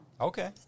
Okay